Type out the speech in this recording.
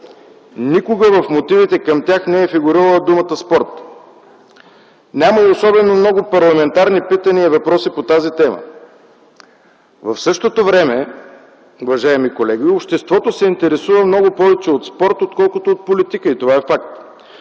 никога в мотивите към тях не е фигурирала думата „спорт”. Няма и особено много парламентарни питания и въпроси към тази тема. В същото време, уважаеми колеги, обществото се интересува много повече от спорт, отколкото от политика. Това е факт.